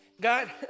God